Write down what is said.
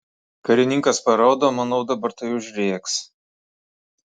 karininkas paraudo manau dabar tai užrėks